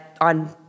on